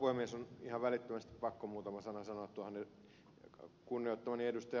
on ihan välittömästi pakko muutama sana sanoa tuohon kunnioittamani ed